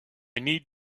need